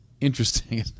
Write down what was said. Interesting